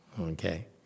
okay